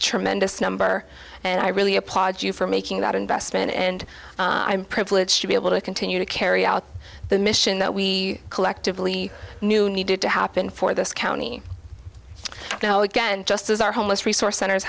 tremendous number and i really applaud you for making that investment and i'm privileged to be able to continue to carry out the mission that we collectively knew needed to happen for this county you know again just as our homeless resource cent